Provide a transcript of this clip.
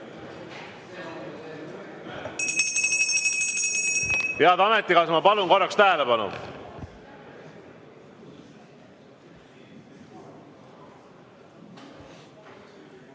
Head ametikaaslased, ma palun korraks tähelepanu.